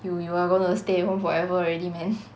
you you are going to stay at home forever already man